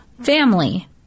family